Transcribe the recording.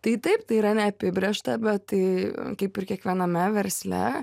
tai taip tai yra neapibrėžta bet tai kaip ir kiekviename versle